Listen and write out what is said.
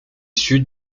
sud